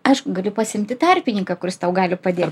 aišku gali pasiimti tarpininką kuris tau gali padėt